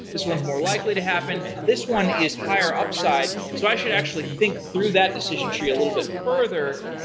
this one's more likely to happen. this one is higher upside. so i should actually think through that decision tree a little bit further.